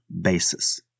basis